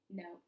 no